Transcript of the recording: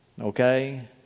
Okay